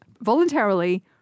voluntarily